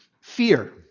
Fear